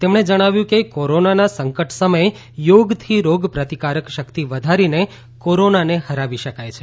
તેમણે જણાવ્યું કે કોરોનાના સંકટ સમયે યાગથી રોગપ્રતિકારક શક્તિ વધારીને કોરોનાને હરાવી શકાય છે